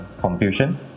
confusion